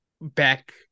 back